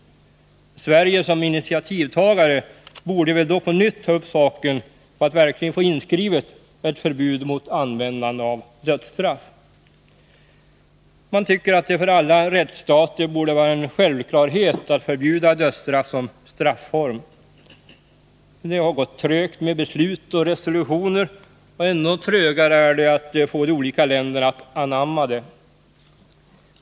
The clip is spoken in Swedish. Sverige som initiativtagare borde väl då på nytt ta upp saken för att verkligen få ett förbud mot användande av dödsstraff inskrivet. Man tycker att det för alla rättsstater borde vara en självklarhet att förbjuda dödsstraff som strafform. Det har gått trögt med beslut och resolutioner, och ännu trögare är det att få de olika länderna att anamma besluten.